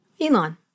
Elon